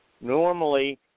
normally